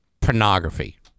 pornography